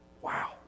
Wow